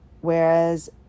Whereas